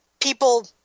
people –